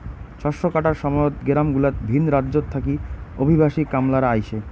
শস্য কাটার সময়ত গেরামগুলাত ভিন রাজ্যত থাকি অভিবাসী কামলারা আইসে